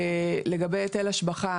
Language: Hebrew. לגבי היטל השבחה,